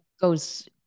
goes